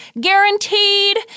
guaranteed